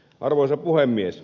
arvoisa puhemies